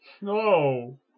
no